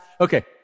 Okay